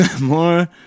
more